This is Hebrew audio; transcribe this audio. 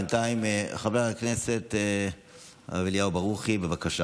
בינתיים, חבר הכנסת הרב אליהו ברוכי, בבקשה.